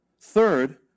third